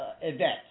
event